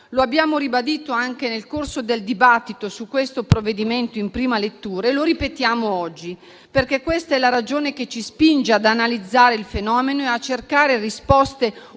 lo abbiamo ribadito anche nel corso del dibattito su questo provvedimento in prima lettura e lo ripetiamo oggi, perché questa è la ragione che ci spinge ad analizzare il fenomeno e a cercare risposte ulteriori